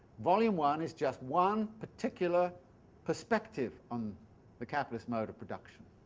volume one is just one particular perspective on the capitalist mode of production,